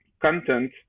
content